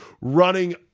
running